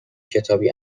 کتابی